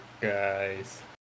guys